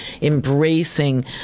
embracing